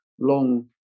long